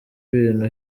ibintu